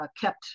kept